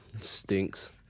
stinks